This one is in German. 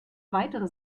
weitere